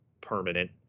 permanent